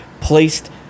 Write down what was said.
placed